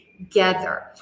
Together